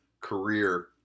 career